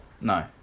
No